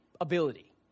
ability